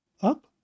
Up